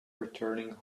returning